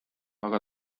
aga